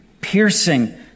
piercing